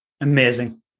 Amazing